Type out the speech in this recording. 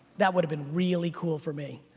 that would've been really cool for me.